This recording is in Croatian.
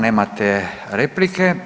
Nemate replike.